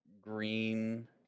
green